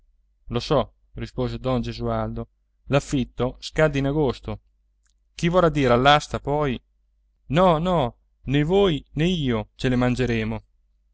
lo so rispose don gesualdo l'affitto scade in agosto chi vorrà dire all'asta poi no no né voi né io ce le mangeremo